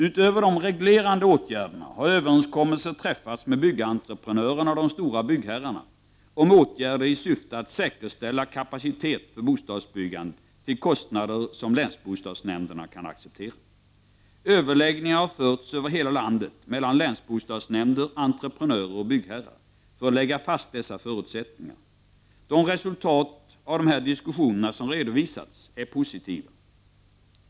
Utöver de reglerande åtgärderna har överenskommelser träffats med byggentreprenörerna och de stora byggherrarna om åtgärder i syfte att säkerställa kapacitet för bostadsbyggandet till kostnader som länsbostadsnämnderna kan acceptera. Överläggningar har förts över hela landet mellan länsbostadsnämnder, entreprenörer och byggherrar för att lägga fast dessa förutsättningar. De resultat av dessa diskussioner som redovisats är positiva.